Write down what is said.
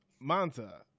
Manta